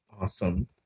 Awesome